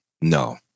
no